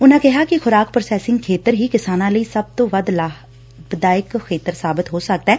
ਉਨਾਂ ਕਿਹਾ ਕਿ ਖੁਰਾਕ ਪ੍ਰਾਸੈਸਿੰਗ ਖੇਤਰ ਹੀ ਕਿਸਾਨਾਂ ਲਈ ਸਭ ਤੋਂ ਵੱਧ ਲਾਭਦਾਇਕ ਖੇਤਰ ਸਾਬਿਤ ਹੋ ਸਕਦੈ